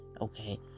okay